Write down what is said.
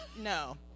No